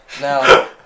Now